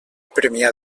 premià